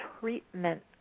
treatment